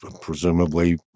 presumably